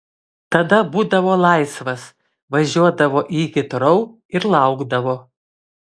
tada būdavo laisvas važiuodavo į hitrou ir laukdavo